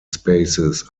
spaces